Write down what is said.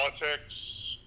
politics